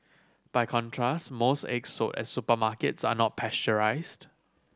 by contrast most eggs sold at supermarkets are not pasteurised